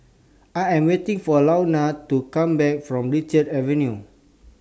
I Am waiting For Launa to Come Back from Richards Avenue